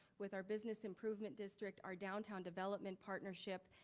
with our business improvement district, our downtown development partnership,